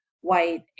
white